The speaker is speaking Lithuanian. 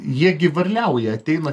jie gi varliauja ateina